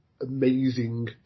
amazing